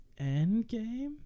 Endgame